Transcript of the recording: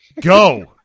Go